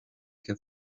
que